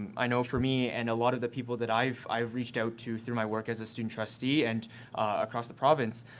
i know for me and a lot of the people that i've i've reached out to through my work as a student trustee and across the province,